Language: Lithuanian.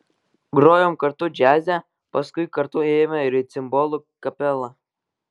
grojom kartu džiaze paskui kartu ėjome ir į cimbolų kapelą